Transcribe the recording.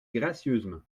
gracieusement